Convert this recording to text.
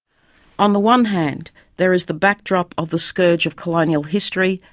on the one hand there is the backdrop of the scourge of colonial history,